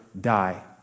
die